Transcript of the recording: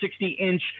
60-inch